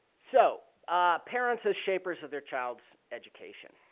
so ah parents as shapers of their child's education.